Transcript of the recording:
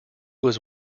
was